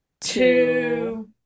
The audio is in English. two